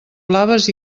blaves